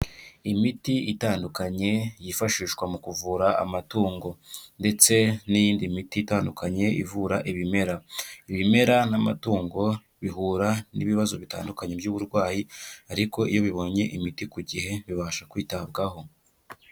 Imiti itandukanye yifashishwa mu kuvura amatungo. Ndetse n'iyindi miti itandukanye ivura ibimera. Ibimera n'amatungo bihura n'ibibazo bitandukanye by'uburwayi, ariko iyo bibonye imiti ku gihe bibasha kwitabwaho.